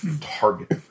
Target